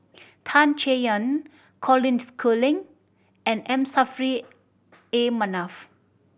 Tan Chay Yan Colin Schooling and M Saffri A Manaf